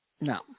No